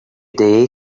day